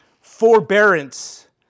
forbearance